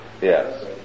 Yes